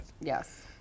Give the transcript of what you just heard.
Yes